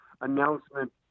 announcement